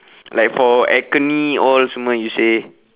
like for acne all semua you say